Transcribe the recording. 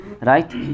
right